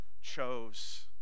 chose